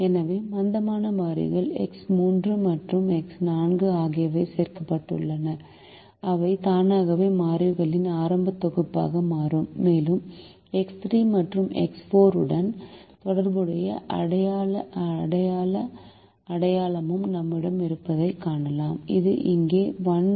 எனவே மந்தமான மாறிகள் எக்ஸ் 3 மற்றும் எக்ஸ் 4 ஆகியவை சேர்க்கப்படுகின்றன அவை தானாகவே மாறிகளின் ஆரம்ப தொகுப்பாக மாறும் மேலும் எக்ஸ் 3 மற்றும் எக்ஸ் 4 உடன் தொடர்புடைய அடையாள அடையாளமும் நம்மிடம் இருப்பதைக் காணலாம் இது இங்கே 1 0 0 1